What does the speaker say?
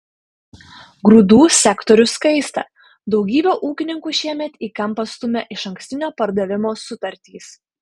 grūdų sektorius kaista daugybę ūkininkų šiemet į kampą stumia išankstinio pardavimo sutartys